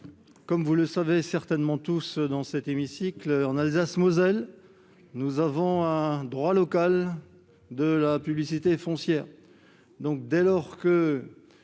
Comme vous le savez certainement tous dans cet hémicycle, l'Alsace-Moselle a un droit local de la publicité foncière.